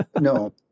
No